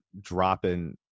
dropping